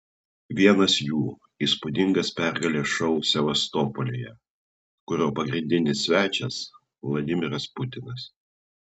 vienas jų įspūdingas pergalės šou sevastopolyje kurio pagrindinis svečias vladimiras putinas